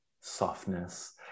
softness